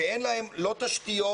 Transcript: שאין להם לא תשתיות